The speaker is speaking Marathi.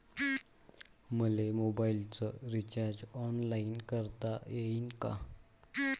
मले मोबाईलच रिचार्ज ऑनलाईन करता येईन का?